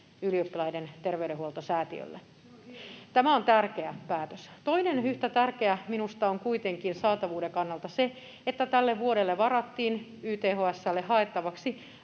Kalmari: Se on hieno asia!] Tämä on tärkeä päätös. Toinen yhtä tärkeä minusta on kuitenkin saatavuuden kannalta se, että tälle vuodelle varattiin YTHS:lle haettavaksi